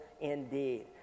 indeed